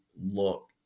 look